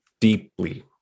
deeply